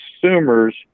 consumers